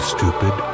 Stupid